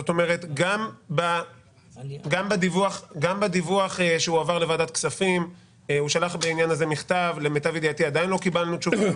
גם בדיווח שהועבר לוועדת הכספים הוא שלח מכתב ועדיין לא קיבלנו תשובה.